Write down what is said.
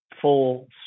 full